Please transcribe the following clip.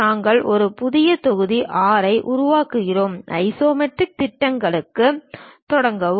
நாங்கள் ஒரு புதிய தொகுதி 6 ஐ உள்ளடக்குகிறோம் ஐசோமெட்ரிக் திட்டங்களுடன் தொடங்கவும்